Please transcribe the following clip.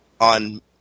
on